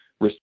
risk